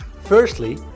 Firstly